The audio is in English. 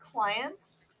clients